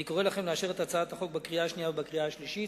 אני קורא לכם לאשר את הצעת החוק בקריאה השנייה ובקריאה השלישית.